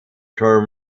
term